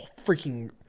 freaking